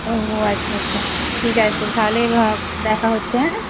ও আচ্ছা আচ্ছা ঠিক আছে তাহলে দেখা হচ্ছে অ্যাঁ